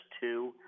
two